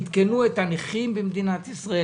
עדכנו את הקצבה של הנכים במדינת ישראל,